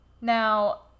Now